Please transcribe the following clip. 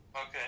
Okay